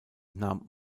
nahm